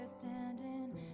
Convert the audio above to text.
standing